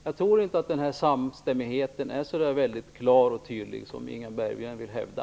Jag tror inte att samstämmigheten är så klar och tydlig som Inga Berggren vill hävda.